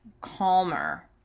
calmer